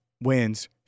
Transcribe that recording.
wins